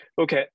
Okay